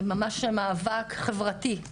זה ממש מאבק חברתי.